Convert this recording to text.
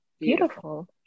beautiful